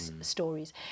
stories